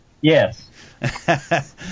Yes